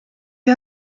you